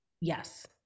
Yes